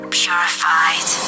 purified